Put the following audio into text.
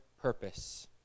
purpose